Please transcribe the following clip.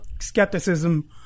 skepticism